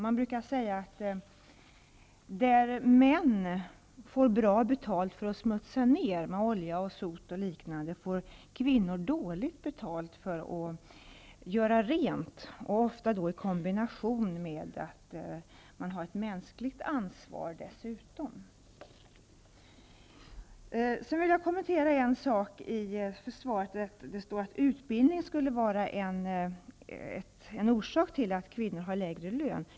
Man brukar säga att där män får bra betalt för att smutsa ned med olja, sot och liknande, får kvinnor dåligt betalt för att göra rent, ofta då i kombination med att de dessutom har ett mänskligt ansvar. Jag vill kommentera en sak i svaret. Det står där att utbildningen skulle vara en orsak till att kvinnor har lägre lön.